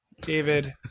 david